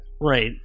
Right